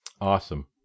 Awesome